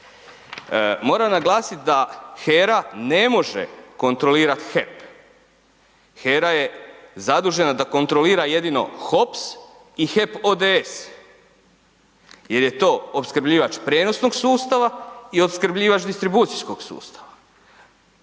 Moram naglasit da HERA ne može kontrolirat HEP, HERA je zadužena da kontrolira jedino HOPS i HEP ODS jer je to opskrbljivač prijenosnog sustava i opskrbljivač distribucijskog sustava,